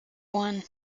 one